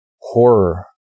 horror